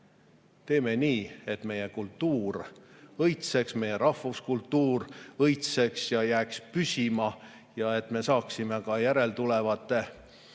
Teeme nii, et meie kultuur õitseks, meie rahvuskultuur õitseks ja jääks püsima ning me saaksime ka järeltulevatele